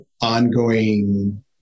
ongoing